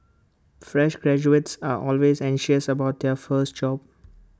fresh graduates are always anxious about their first job